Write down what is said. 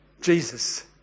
Jesus